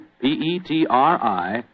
P-E-T-R-I